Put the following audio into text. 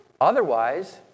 Otherwise